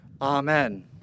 Amen